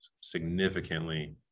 significantly